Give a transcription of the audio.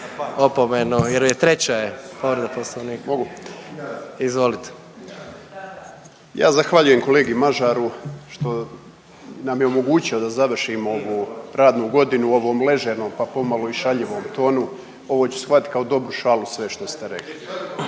povreda Poslovnika. **Raspudić, Nino (MOST)** Ja zahvaljujem kolegi Mažaru što nam je omogućio da završimo ovu radnu godinu u ovom ležernom, pa pomalo i šaljivom tonu. Ovo ću shvatiti kao dobru šalu sve što ste